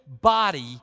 body